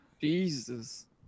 Jesus